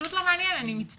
פשוט לא מעניין, אני מצטערת.